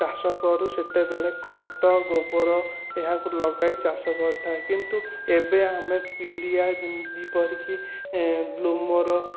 ଚାଷ କରୁ ସେତେବେଳେ ଖତ ଗୋବର ଏହାକୁ ଲଗାଇ ଚାଷ କରିଥାଉ କିନ୍ତୁ ଏବେ ଆମେ ପିଡ଼ିଆ ଯେପରିକି ଗ୍ଲୋମର